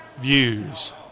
views